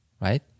right